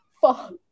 Fuck